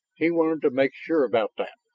he wanted to make sure about that.